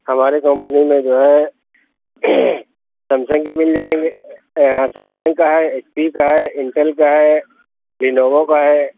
ہماری کمپنی میں جو ہے سیمسنگ کے مل جائیں گے یہاں سیمسنگ کا ہے ایچ پی کا ہے انٹل کا ہے لینوو کا ہے